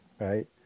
right